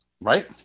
Right